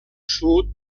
sud